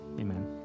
Amen